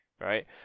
right